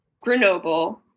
Grenoble